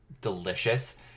delicious